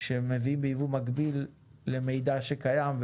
שמביאים בייבוא מקביל למידע שקיים,